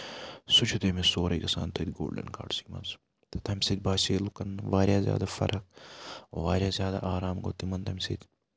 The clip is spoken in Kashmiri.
سُہ چھُ تٔمِس سورُے گژھان تٔتھۍ گولڈَن کاڈسٕے منٛز تہٕ تَمہِ سۭتۍ باسے لُکن واریاہ زیادٕ فرق واریاہ زیادٕ آرام گوٚو تِمن تَمہِ سۭتۍ